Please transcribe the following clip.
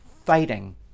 fighting